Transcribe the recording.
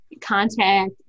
contact